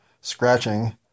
scratching